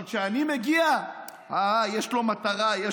אבל כשאני מגיע יש לו מטרה.